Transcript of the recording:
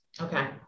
Okay